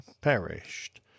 perished